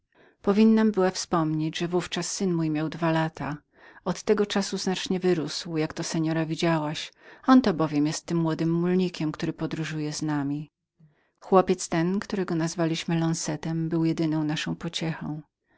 powinnam była wspomnieć że w ówczas syn mój miał dwa lata od tego czasu znacznie wyrósł jak to seora widziałaś on to bowiem jest tym młodym mulnikiem który podróżuje z nami chłopiec ten nazwany lonzeto był jedyną naszą pociechą